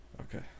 Okay